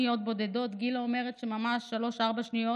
גילה אומרת שממש שלוש-ארבע שניות,